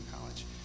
College